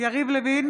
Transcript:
יריב לוין,